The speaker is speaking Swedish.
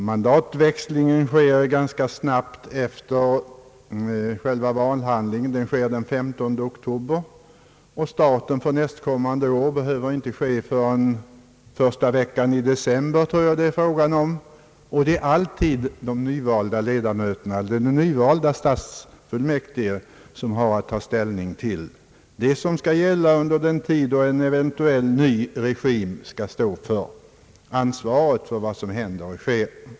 Mandatväxlingen sker ganska snabbt efter själva valhandlingen — den 15 oktober — och staten för nästkommande år behöver inte fastställas förrän första veckan i december, och det är alltid de nyvalda stadsfullmäk tige som har att ta ställning till vad som skall gälla under den tid då en eventuell ny regim skall ansvara för vad som händer och sker.